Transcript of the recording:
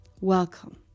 Welcome